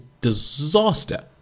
disaster